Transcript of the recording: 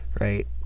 right